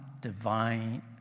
divine